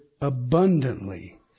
abundantly